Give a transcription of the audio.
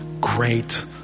great